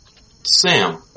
Sam